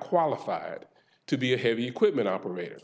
qualified to be a heavy equipment operator